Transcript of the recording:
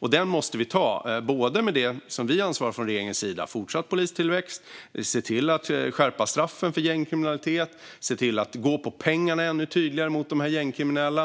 Den chansen måste vi ta, både med det som vi från regeringens sida ansvarar för - fortsatt polistillväxt, se till att skärpa straffen för gängkriminalitet, se till att ännu tydligare gå på pengarna för att komma åt de gängkriminella -